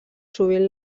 sovint